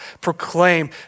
proclaim